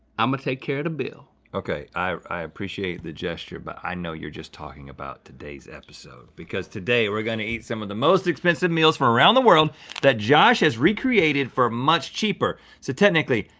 i'mma take care of the bill. okay, i appreciate the gesture but i know you're just talking about today's episode, because today we're gonna eat some of the most expensive meals from around the world that josh has recreated for much cheaper. so technically,